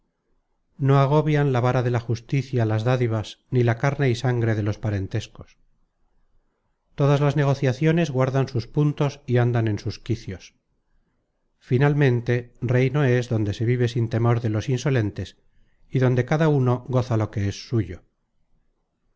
no agobian la vara de la justicia las dádivas ni la carne y sangre de los parentescos todas las negociaciones guardan sus puntos y andan en sus quicios finalmente reino es donde se vive sin temor de los insolentes y donde cada uno goza lo que es suyo